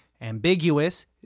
ambiguous